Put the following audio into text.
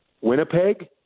Winnipeg